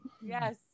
Yes